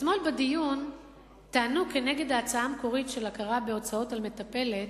אתמול בדיון טענו כנגד ההצעה המקורית של הכרה בהוצאות על מטפלת,